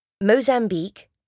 Mozambique